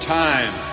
time